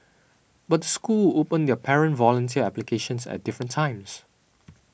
but the school open their parent volunteer applications at different times